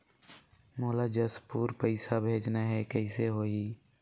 मोला जशपुर पइसा भेजना हैं, कइसे होही?